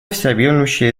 всеобъемлющей